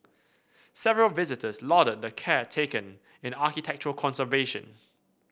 several visitors lauded the care taken in architectural conservation